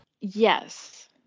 Yes